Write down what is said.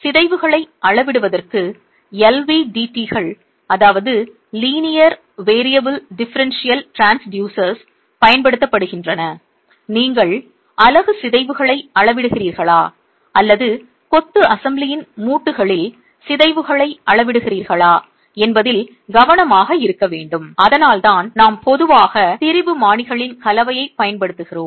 சிதைவுகளை அளவிடுவதற்கு LVDTகள் அல்லது லீனியர் வேரியபிள் டிஃபெரன்ஷியல் டிரான்ஸ்யூசர்கள் பயன்படுத்தப்படுகின்றன நீங்கள் அலகு சிதைவுகளை அளவிடுகிறீர்களா அல்லது கொத்து அசெம்பிளியின் மூட்டுகளில் சிதைவுகளை அளவிடுகிறீர்களா என்பதில் கவனமாக இருக்க வேண்டும் அதனால்தான் நாம் பொதுவாக திரிபு மானிகளின் கலவையைப் பயன்படுத்துகிறோம்